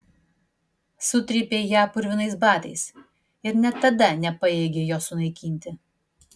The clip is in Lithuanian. sutrypei ją purvinais batais ir net tada nepajėgei jos sunaikinti